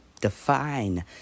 define